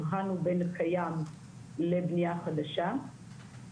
הבחנו בין הקיים לבנייה חדשה,